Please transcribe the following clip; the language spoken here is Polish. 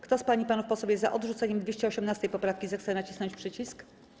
Kto z pań i panów posłów jest za odrzuceniem 218. poprawki, zechce nacisnąć przycisk.